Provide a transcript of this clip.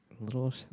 little